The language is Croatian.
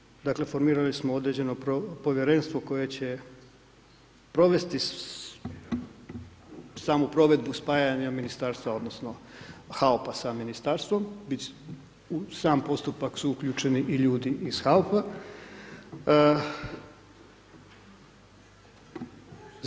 Mi radimo, dakle formirali smo određeno povjerenstvo koje će provesti samu provedbu spajanja Ministarstva odnosno HAOP-a sa Ministarstvom, u sam postupak su uključeni i ljudi iz HAOP-a.